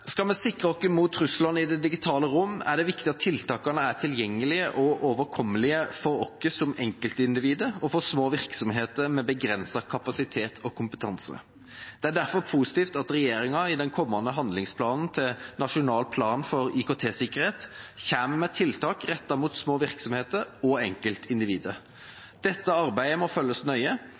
Skal vi sikre oss mot trusler i det digitale rom, er det viktig at tiltakene er tilgjengelige og overkommelige for oss som enkeltindivider og for små virksomheter med begrenset kapasitet og kompetanse. Det er derfor positivt at regjeringa i den kommende handlingsplanen til Nasjonal plan for IKT-sikkerhet kommer med tiltak rettet mot små virksomheter og enkeltindivider. Dette arbeidet må følges nøye